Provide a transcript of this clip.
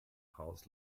haus